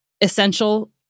essential